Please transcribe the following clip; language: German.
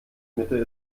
mitte